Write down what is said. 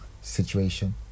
situation